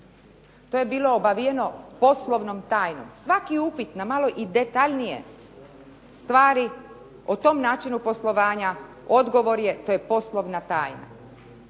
to je bilo obavijeno poslovnom tajnom. Svaki upit i na malo detaljnije stvari, o tome načinu poslovanja, odgovor je to je poslovna tajna.